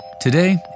Today